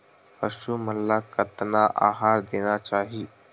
पशु मन ला कतना आहार देना चाही?